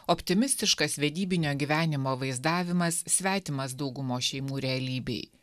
optimistiškas vedybinio gyvenimo vaizdavimas svetimas daugumos šeimų realybei